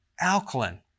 alkaline